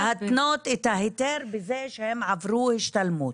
להתנות את ההיתר בזה שהם עברו השתלמות.